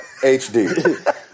HD